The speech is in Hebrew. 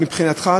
מבחינתך,